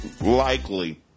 Likely